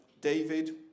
David